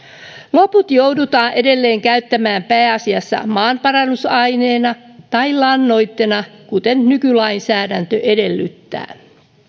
loput joudutaan edelleen käyttämään pääasiassa maanparannusaineena tai lannoitteena kuten nykylainsäädäntö edellyttää